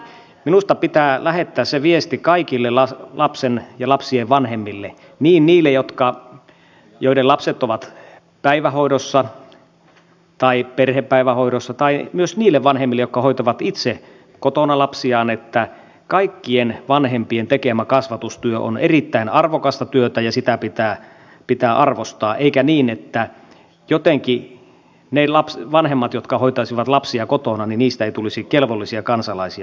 minusta pitää lähettää kaikille lapsen ja lapsien vanhemmille niin heille joiden lapset ovat päivähoidossa tai perhepäivähoidossa kuin myös niille vanhemmille jotka hoitavat itse kotona lapsiaan se viesti että kaikkien vanhempien tekemä kasvatustyö on erittäin arvokasta työtä ja sitä pitää arvostaa eikä niin että jotenkin jos vanhemmat hoitaisivat lapsiaan kotona ei tulisi kelvollisia kansalaisia